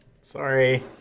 Sorry